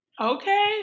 Okay